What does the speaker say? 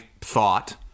thought